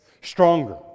Stronger